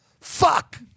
Fuck